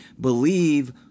believe